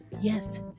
Yes